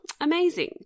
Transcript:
Amazing